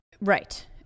right